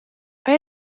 آیا